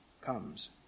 comes